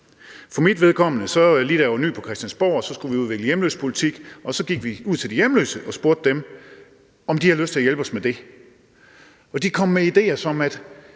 For mit vedkommende var det sådan, at lige da jeg var ny på Christiansborg, skulle vi udvikle hjemløsepolitik, og så gik vi ud til de hjemløse og spurgte dem, om de havde lyst til at hjælpe os med det. Og de kom med ideer og